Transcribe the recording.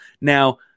Now